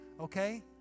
okay